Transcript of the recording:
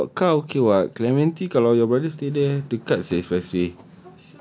ah but he got car okay [what] clementi kalau your brother stay there dekat seh expressway